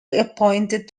reappointed